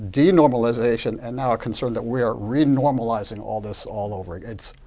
de-normalization and now a concern that we are re-normalizing all this all over again.